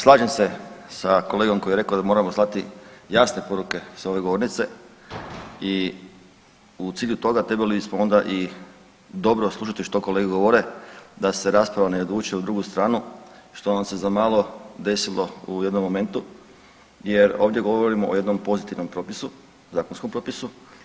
Slažem se sa kolegom koji je rekao da moramo slati jasne poruke s ove govornice i u cilju toga trebali smo onda i dobro slušati što kolege govore da se rasprava ne odvuče u drugu stranu što nam se zamalo desilo u jednom momentu jer ovdje govorimo o jednom pozitivnom propisu, zakonskom propisu.